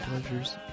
pleasures